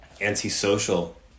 antisocial